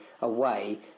away